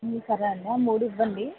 సరే అన్నా మూడూ ఇవ్వండి